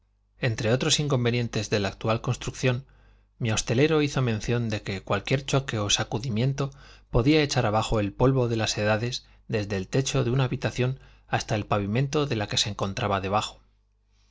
entre otros inconvenientes de la actual construcción mi hostelero hizo mención de que cualquier choque o sacudimiento podía echar abajo el polvo de las edades desde el techo de una habitación hasta el pavimento de la que se encontraba debajo